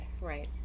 Right